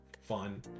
fun